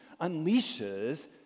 unleashes